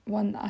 one